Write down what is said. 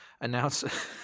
announce